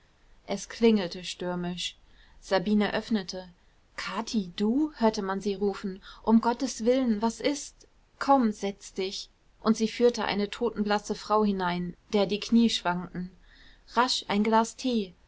es klingelte stürmisch sabine öffnete kathi du hörte man sie rufen um gottes willen was ist komm setz dich und sie führte eine totenblasse frau hinein der die knie schwankten rasch ein glas tee